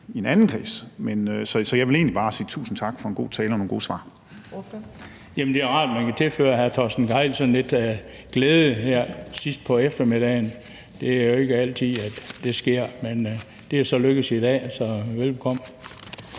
Fjerde næstformand (Trine Torp): Ordføreren. Kl. 15:36 Bent Bøgsted (DF): Det er jo rart, at man kan tilføre hr. Torsten Gejl sådan lidt glæde her sidst på eftermiddagen. Det er jo ikke altid, at det sker, men det er så lykkedes i dag, så velbekomme.